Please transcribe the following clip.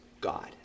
God